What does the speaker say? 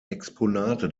exponate